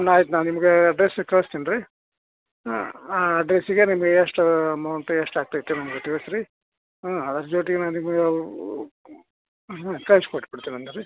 ಆಯ್ತು ನಾ ನಿಮಗೆ ಅಡ್ರಸ್ ಕಳಿಸ್ತಿನಿ ರೀ ಹಾಂ ಅಡ್ರಸ್ಸಿಗೆ ನಿಮಗೆ ಎಷ್ಟು ಅಮೌಂಟ್ ಎಷ್ಟು ಆಗ್ತೈತೆ ನಮ್ಗೆ ತಿಳಿಸಿ ರೀ ಹ್ಞೂ ಅದ್ರ ಜೊತೆಗೆ ನಾ ನಿಮ್ಗೆ ಕಳ್ಸಿ ಕೊಟ್ಟು ಬಿಡ್ತೆ ರೀ ಹಂಗೆ ರಿ